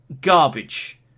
garbage